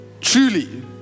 Truly